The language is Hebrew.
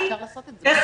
אפשר לעשות את זה.